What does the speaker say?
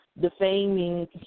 defaming